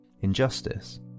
Injustice